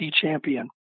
champion